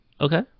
okay